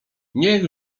niech